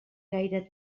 gaire